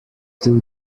two